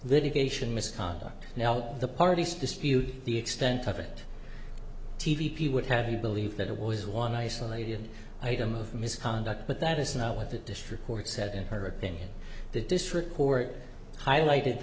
litigation misconduct now the parties dispute the extent of it t v p would have you believe that it was one isolated item of misconduct but that is not what the district court said in her opinion the district court highlighted